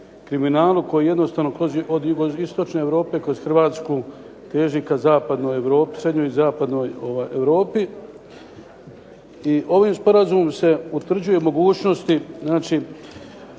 kriminalu koji jednostavno od jugoistočne Europe kroz Hrvatsku teži ka zapadnoj Europi, srednjoj i zapadnoj Europi. I ovim sporazumom se utvrđuju mogućnosti